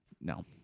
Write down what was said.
No